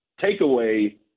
takeaway